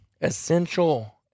Essential